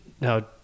now